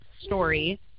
story